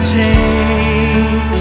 take